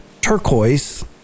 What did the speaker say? turquoise